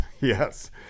Yes